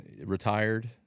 retired